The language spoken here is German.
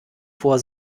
vor